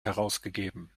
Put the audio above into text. herausgegeben